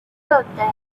birthday